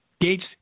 Gates